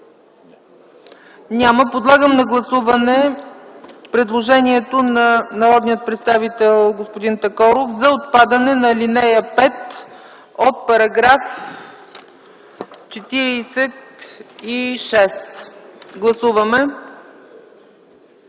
Няма. Подлагам на гласуване предложението на народния представител господин Такоров за отпадане на ал. 5 от § 46. Гласували